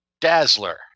Dazzler